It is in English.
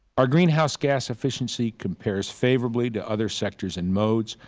our greenhouse gas efficiency compares favorably to other sectors and modes.